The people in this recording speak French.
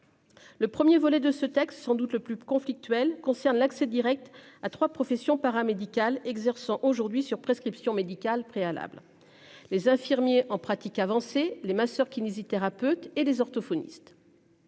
Le 1er volet de ce texte, sans doute le plus conflictuel concerne l'accès Direct à 3 profession paramédical exerçant aujourd'hui sur prescription médicale préalable. Les infirmiers en pratique avancée, les masseurs kinésithérapeutes et les orthophonistes.